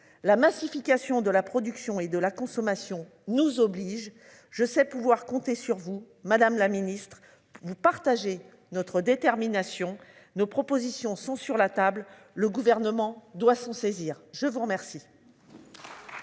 La massification de la production et de la consommation nous oblige. Je sais pouvoir compter sur vous, madame la ministre, vous partagez notre détermination nos propositions sont sur la table. Le gouvernement doit s'en saisir, je vous remercie.